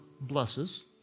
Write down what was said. blesses